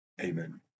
Amen